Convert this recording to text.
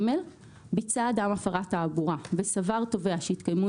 ביצע אדם הפרת תעבורה וסבר תובע שהתקיימו